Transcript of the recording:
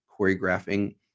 choreographing